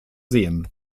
sehen